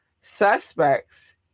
suspects